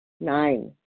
Nine